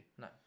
no